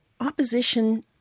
opposition